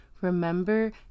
Remember